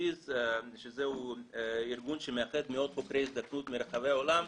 שזה ארגון שמאחד מאות חוקרי הזדקנות מרחבי העולם,